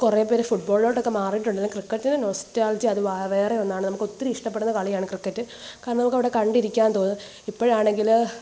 കുറെ പേര് ഫുട്ബോളിലോട്ടോക്കെ മാറിയിട്ടുണ്ട് ക്രിക്കറ്റിൻ്റെ നൊസ്റ്റാൾജിയ അത് വേറെ ഒന്നാണ് നമുക്ക് ഒത്തിരി ഇഷ്ടപ്പെടുന്ന കളിയാണ് ക്രിക്കറ്റ് കാരണം നമുക്ക് അവിടെ കണ്ടിരിക്കാൻ തോന്നും ഇപ്പോഴാണെങ്കില്